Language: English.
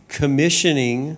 commissioning